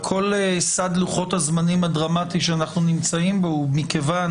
כל סד לוחות הזמנים הדרמטי שאנחנו נמצאים בו הוא מכיוון